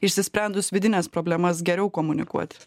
išsisprendus vidines problemas geriau komunikuoti